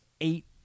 eight